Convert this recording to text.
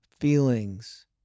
feelings